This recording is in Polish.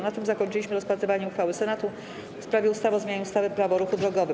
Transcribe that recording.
Na tym zakończyliśmy rozpatrywanie uchwały Senatu w sprawie ustawy o zmianie ustawy - Prawo o ruchu drogowym.